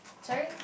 sorry